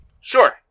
Sure